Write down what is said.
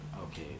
Okay